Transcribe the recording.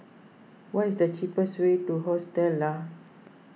what is the cheapest way to Hostel Lah